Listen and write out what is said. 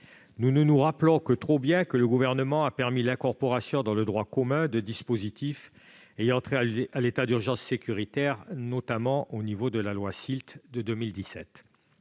Nous ne nous le rappelons que trop bien, le Gouvernement a permis l'incorporation dans le droit commun de dispositifs ayant trait à l'état d'urgence sécuritaire, notamment par la loi SILT, la